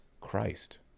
Christ